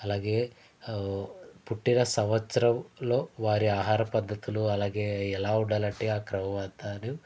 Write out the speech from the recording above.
అలాగే పుట్టిన సంవత్సరంలో వారి ఆహార పద్ధతులు అలాగే ఎలా ఉండాలంటే ఆ క్రమమంతాను